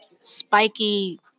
spiky